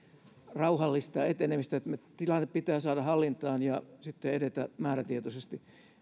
rauhallista etenemistä niin että tilanne pitää saada hallintaan ja sitten edetä määrätietoisesti